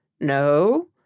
No